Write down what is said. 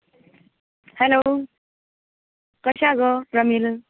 hello कशें आहां गो प्रमील